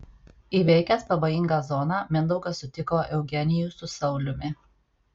įveikęs pavojingą zoną mindaugas sutiko eugenijų su sauliumi